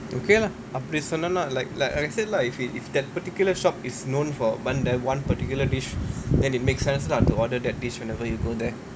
okay lah அப்டி சொன்னேன்னா:apdi sonneanaa like like I said lah if you if that particular shop is known for one that [one] particular dish then it makes sense lah to order that dish whenever you go there